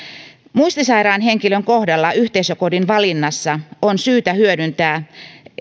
muistisairaan henkilön kohdalla yhteisökodin valinnassa on syytä hyödyntää